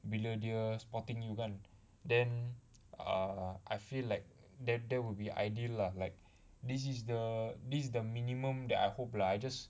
bila dia spotting you kan then err I feel like that that would be ideal lah like this is the this is the minimum that I hope lah I just